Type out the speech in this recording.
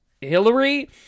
Hillary